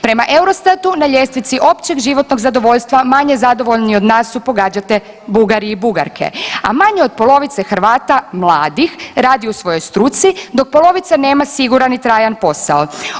Prema EUROSTAT-u na ljestvici općeg životnog zadovoljstva, manje zadovoljni od nas su pogađate Bugari i Bugarke, a manje od polovice Hrvata mladih radi u svojoj struci, dok polovica nema siguran i trajan posao.